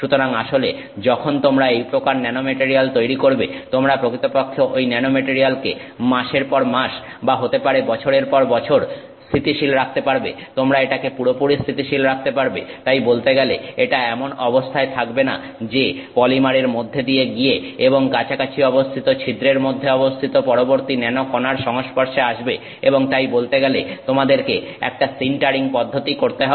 সুতরাং আসলে যখন তোমরা এই প্রকার ন্যানোমেটারিয়াল তৈরি করবে তোমরা প্রকৃতপক্ষে ঐ ন্যানোমেটারিয়ালকে মাসের পর মাস বা হতে পারে বছরের পর বছর স্থিতিশীল রাখতে পারবে তোমরা এটাকে পুরোপুরি স্থিতিশীল রাখতে পারবে তাই বলতে গেলে এটা এমন অবস্থায় থাকবে না যে পলিমারের মধ্য দিয়ে গিয়ে এবং কাছাকাছি অবস্থিত ছিদ্রের মধ্যে অবস্থিত পরবর্তী ন্যানো কনার সংস্পর্শে আসবে এবং তাই বলতে গেলে তোমাদেরকে একটা সিন্টারিং পদ্ধতি করতে হবে